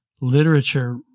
literature